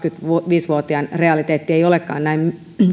kaksikymmentäviisi vuotiaan realiteetti ei olekaan näin